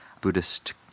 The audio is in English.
Buddhist